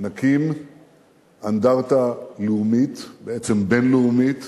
נקים אנדרטה לאומית, בעצם בין-לאומית,